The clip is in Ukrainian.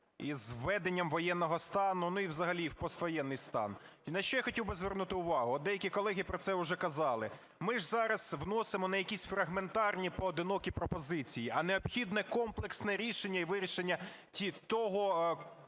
із введенням воєнного стану, ну і взагалі в поствоєнний стан. І на що я хотів би звернути увагу, от деякі колеги про це вже казали. Ми ж зараз вносимо не якісь фрагментарні, поодинокі пропозиції, а необхідне комплексне рішення і вирішення того,